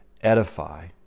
edify